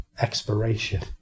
expiration